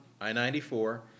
I-94